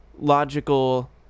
logical